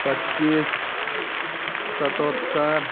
पच्चीस सतहत्तर